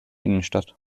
innenstadt